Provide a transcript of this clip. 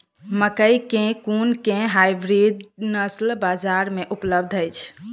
मकई केँ कुन केँ हाइब्रिड नस्ल बजार मे उपलब्ध अछि?